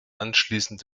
anschließend